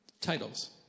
Titles